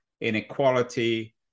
inequality